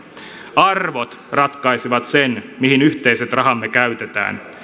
arvot ratkaisevat sen mihin yhteiset rahamme käytetään